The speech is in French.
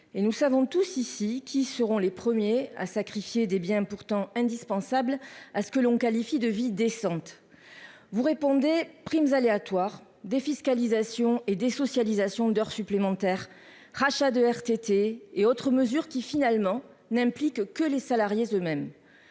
et nous savons tous ici, qui seront les premiers à sacrifier des biens pourtant indispensable à ce que l'on qualifie de vie décente, vous répondez primes aléatoires défiscalisation et des socialisation d'heures supplémentaires, rachat de RTT et autres mesures qui finalement n'implique que les salariés eux- mêmes,